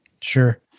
Sure